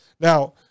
now